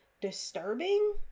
disturbing